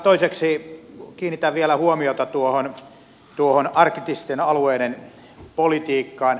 toiseksi kiinnitän vielä huomiota tuohon arktisten alueiden politiikkaan